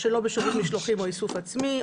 שלא בשירות משלוחים או איסוף עצמי,